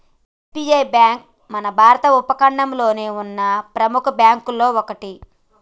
SBI bank మన భారత ఉపఖండంలోనే ఉన్న ప్రెముఖ బ్యేంకుల్లో ఒకటి